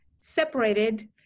separated